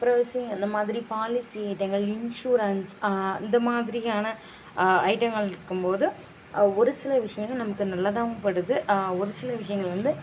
அப்புறம் அந்த மாதிரி பாலிசி ஐட்டங்கள் இன்சூரன்ஸ் அந்த மாதிரியான ஐட்டங்கள் இருக்கும்போது ஒரு சில விஷயங்கள் நமக்கு நல்லதாகவும் படுது ஒரு சில விஷயங்கள் வந்து